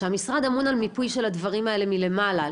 שהמשרד אמון על מיפוי של הדברים האלה מלמעלה,